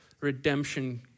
redemption